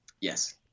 Yes